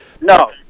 No